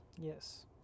yes